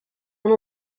one